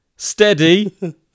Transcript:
steady